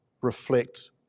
reflect